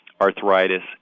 arthritis